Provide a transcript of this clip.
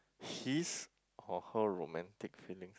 his or her romantic feelings